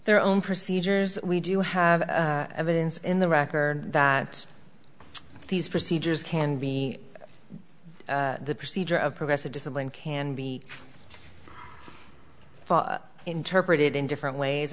their own procedures we do have evidence in the record that these procedures can be the procedure of progressive discipline can be interpreted in different ways